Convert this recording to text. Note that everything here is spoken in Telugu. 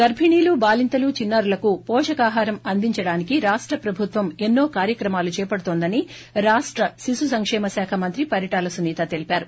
గర్బిణీలు బాలింతలు చిన్సారులకు వోషకాహారం అందించడానికి రాష్ట ప్రభుత్వం ఎన్నో కార్యక్రమాలు దేపడుతోందని రాష్ట శిశుసంకేమ శాఖ మంత్రి పరిటాల సునీత తెలివారు